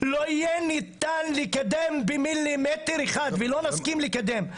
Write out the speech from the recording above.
לא יהיה ניתן לקדם במילימטר אחד, ולא נסכים לקדם.